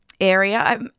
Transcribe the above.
area